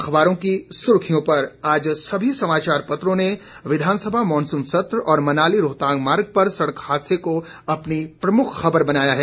अखबारों सुर्खियों पर आज सभी समाचार पत्रों ने विधानसभा मानसून सत्र और मनाली रोहतांग मार्ग पर सड़क हादसे को अपनी प्रमुख खबर बनाया है